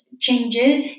changes